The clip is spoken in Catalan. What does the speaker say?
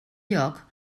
lloc